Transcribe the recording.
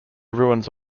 ruins